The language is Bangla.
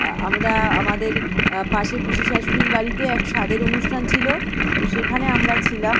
আমরা আমাদের পাশে পিসি শাশুড়ির বাড়িতে এক স্বাদের অনুষ্ঠান ছিল তো সেখানে আমরা ছিলাম